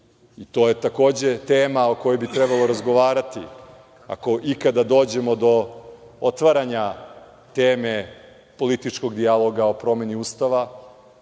To je takođe tema o kojoj bi trebalo razgovarati, ako ikada dođemo do otvaranja teme političkog dijaloga o promeni Ustava.